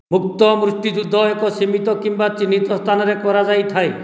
ମୁକ୍ତ ମୁଷ୍ଟି ଯୁଦ୍ଧ ଏକ ସୀମିତ କିମ୍ବା ଚିହ୍ନିତ ସ୍ଥାନରେ କରାଯାଇଥାଏ